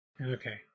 okay